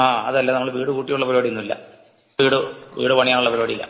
ആ അതല്ല നമ്മള് വീട് കൂട്ടിയുള്ള പരിപാടിയൊന്നുമില്ല വീട് വീട് പണിയാനുള്ള പരിപാടിയിലാണ്